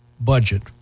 budget